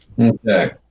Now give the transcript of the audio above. Okay